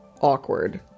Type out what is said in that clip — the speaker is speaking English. awkward